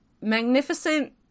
magnificent